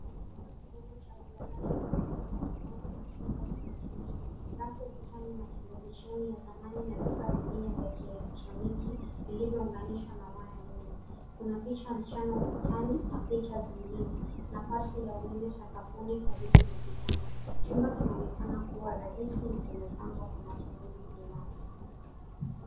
Chumba kidogo cha kulala chenye kitanda kimoja na shuka zenye milia. Rafu ukutani na televisheni ya zamani na vifaa vingine vya kielektroniki vilivyounganishwa na waya ya umeme. Kuna picha ya msichana ukutani na picha zingine. Nafasi ya umeme sakafuni karibu na kitanda. Chumba kinaonekana kuwa rahisi na kimepangwa kwa matumizi binafsi.